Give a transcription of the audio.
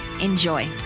Enjoy